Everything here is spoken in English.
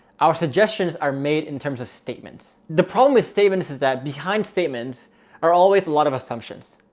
our suggestions are made in terms of statements. the problem with stevens is that behind statements are always a lot of assumptions.